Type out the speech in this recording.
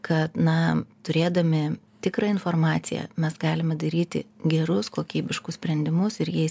kad na turėdami tikrą informaciją mes galime daryti gerus kokybiškus sprendimus ir jais